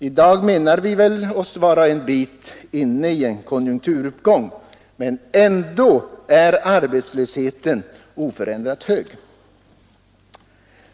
I dag menar vi oss väl vara en bit inne i en konjunkturuppgång, men ändå är arbetslösheten oförändrat hög.